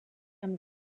amb